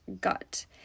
gut